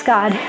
God